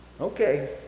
Okay